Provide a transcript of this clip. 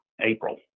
April